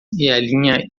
linha